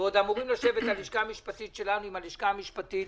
ועוד אמורים לשבת הלשכה המשפטית שלנו עם הלשכה המשפטית